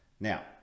Now